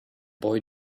boy